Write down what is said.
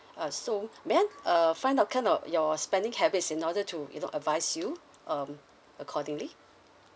uh so may I uh find out kind of your spending habits in order to you know advise you um accordingly